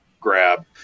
grab